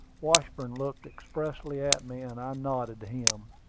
washburn looked expressively at me, and i nodded to him.